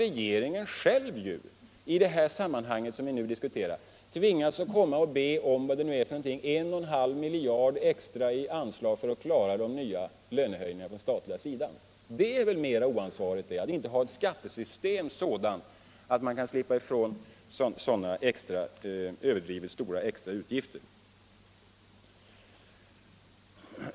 Regeringen tvingas ju själv i det här sammanhanget att komma och be om mer än två miljarder i extra anslag för att klara de nya lönehöjningarna på den statliga sidan. Det är väl mer ansvarigt att ha ett skattesystem som gör att man kan slippa ifrån sådana överdrivet stora extra utgifter.